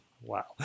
wow